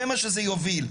זה מה שזה יוביל.